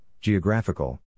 geographical